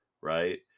right